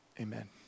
Amen